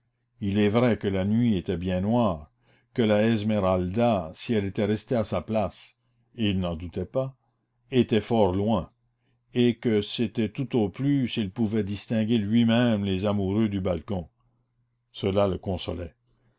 il est vrai que la nuit était bien noire que la esmeralda si elle était restée à sa place et il n'en doutait pas était fort loin et que c'était tout au plus s'il pouvait distinguer lui-même les amoureux du balcon cela le consolait